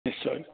নিশ্চয়